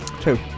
two